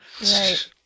Right